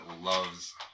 loves